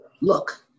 Look